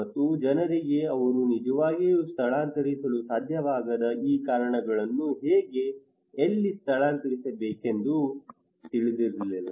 ಮತ್ತು ಜನರಿಗೆ ಅವರು ನಿಜವಾಗಿಯೂ ಸ್ಥಳಾಂತರಿಸಲು ಸಾಧ್ಯವಾಗದ ಈ ಕಾರಣಗಳನ್ನು ಹೇಗೆ ಎಲ್ಲಿ ಸ್ಥಳಾಂತರಿಸಬೇಕೆಂದು ಎಂದು ತಿಳಿದಿಲ್ಲ